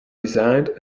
designed